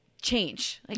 change